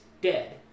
dead